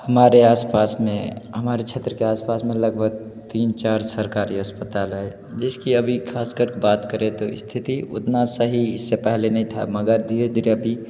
हमारे आस पास में हमारे क्षेत्र के आस पास में लगभग तीन चार सरकारी अस्पताल है जिसकी अभी ख़ास कर बात करें तो स्थिति उतना सही नहीं इससे पहले नहीं था मगर धीरे धीरे अभी